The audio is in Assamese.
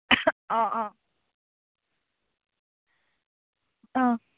অ' অ' অ'